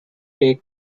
take